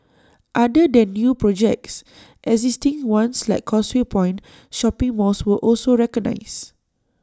other than new projects existing ones like causeway point shopping mall were also recognised